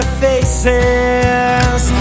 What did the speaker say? faces